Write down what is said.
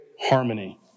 harmony